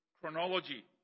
chronology